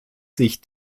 sich